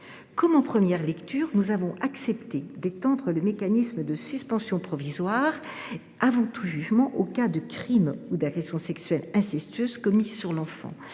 Comme en première lecture, nous avons accepté d’étendre le mécanisme de suspension provisoire avant tout jugement au cas de crime ou d’agression sexuelle incestueuse commis sur l’enfant.